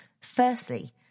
Firstly